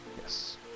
Yes